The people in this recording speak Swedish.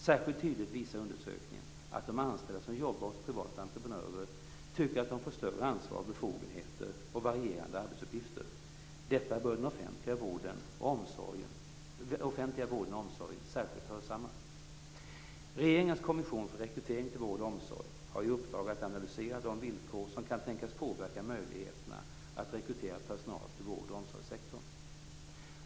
Särskilt tydligt visar undersökningen att de anställda som jobbar hos privata entreprenörer tycker att de får större ansvar och befogenheter och varierande arbetsuppgifter. Detta bör den offentliga vården och omsorgen särskilt hörsamma. Regeringens kommission för rekrytering till vård och omsorg har i uppdrag att analysera de villkor som kan tänkas påverka möjligheterna att rekrytera personal till vård och omsorgssektorn.